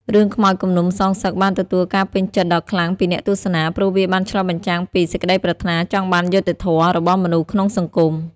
រឿងខ្មោចគំនុំសងសឹកបានទទួលការពេញចិត្តដ៏ខ្លាំងពីអ្នកទស្សនា ព្រោះវាបានឆ្លុះបញ្ចាំងពី សេចក្តីប្រាថ្នាចង់បានយុត្តិធម៌ របស់មនុស្សក្នុងសង្គម។